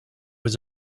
was